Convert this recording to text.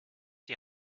die